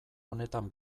honetan